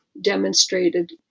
demonstrated